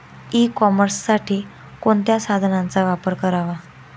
E कॉमर्ससाठी कोणत्या साधनांचा वापर करावा?